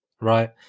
right